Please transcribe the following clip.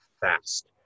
fast